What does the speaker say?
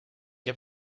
heb